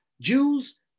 Jews